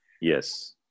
Yes